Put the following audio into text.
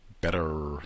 better